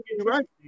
right